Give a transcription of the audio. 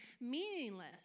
meaningless